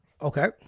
Okay